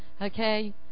Okay